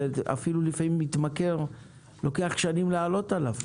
ולפעמים לוקח שנים לעלות על מתמכר.